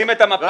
שים את המפה.